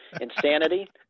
Insanity